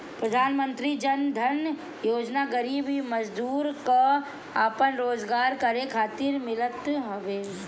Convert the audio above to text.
प्रधानमंत्री जन धन योजना गरीब मजदूर कअ आपन रोजगार करे खातिर मिलत बाटे